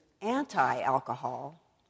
anti-alcohol